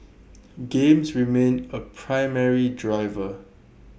games remain A primary driver